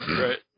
Right